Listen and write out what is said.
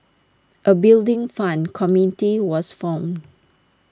A Building Fund committee was formed